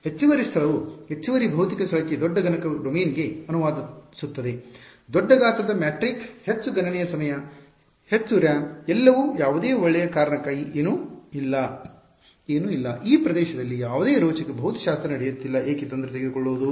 ಹೆಚ್ಚುವರಿ ಸ್ಥಳವು ಹೆಚ್ಚುವರಿ ಭೌತಿಕ ಸ್ಥಳಕ್ಕೆ ದೊಡ್ಡ ಗಣಕ ಡೊಮೇನ್ಗೆ ಅನುವಾದಿಸುತ್ತದೆ ದೊಡ್ಡ ಗಾತ್ರದ ಮ್ಯಾಟ್ರಿಕ್ಸ್ ಹೆಚ್ಚು ಗಣನೆಯ ಸಮಯ ಹೆಚ್ಚು RAM ಎಲ್ಲವೂ ಯಾವುದೇ ಒಳ್ಳೆಯ ಕಾರಣಕ್ಕಾಗಿ ಏನೂ ಇಲ್ಲ ಏನೂ ಇಲ್ಲ ಈ ಪ್ರದೇಶದಲ್ಲಿ ಯಾವುದೇ ರೋಚಕ ಭೌತಶಾಸ್ತ್ರ ನಡೆಯುತ್ತಿಲ್ಲ ಏಕೆ ತೊಂದರೆ ತೆಗೆದು ಕೊಳ್ಳೋದು